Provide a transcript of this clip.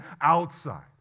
outside